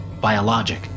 Biologic